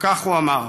וכך הוא אמר: